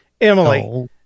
Emily